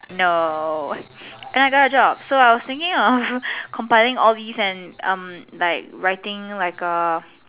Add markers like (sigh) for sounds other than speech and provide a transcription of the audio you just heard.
no (noise) and I got a job so I was thinking (noise) of complying all these and like writing like a